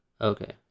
Okay